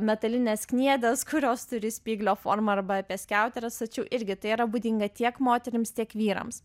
metalines kniedes kurios turi spyglio formą arba apie skiauteres tačiau irgi tai yra būdinga tiek moterims tiek vyrams